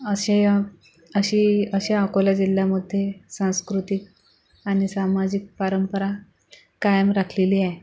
असे अशी अशा अकोला जिल्ह्यामध्ये सांस्कृतिक आणि सामाजिक परंपरा कायम राखलेली आहे